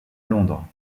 londres